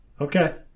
Okay